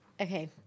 Okay